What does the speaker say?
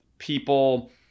People